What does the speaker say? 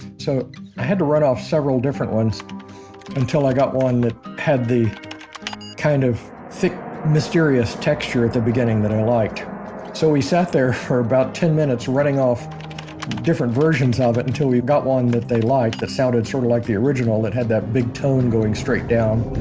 so i had to run off several different ones until i got one that the kind of thick, mysterious texture at the beginning that i liked so we sat there for about ten minutes, running off different versions of it until we got one that they liked, that sounded sort of like the original that had that big tone going straight down,